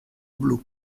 blu